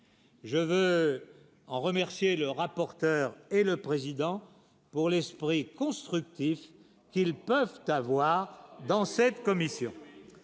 Je veux en remercier le rapporteur et le président pour l'esprit constructif qu'ils peuvent avoir. Dans cette commission